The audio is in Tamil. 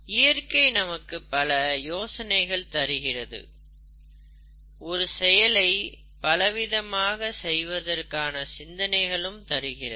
இயற்கை நமக்கு பல யோசனைகள் தருகிறது ஒரு செயலை பலவிதமாக செய்வதற்கான சிந்தனைகளும் தருகின்றது